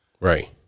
Right